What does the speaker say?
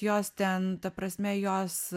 jos ten ta prasme jos